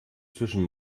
zwischen